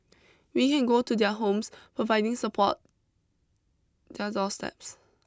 we can go to their homes providing support their doorsteps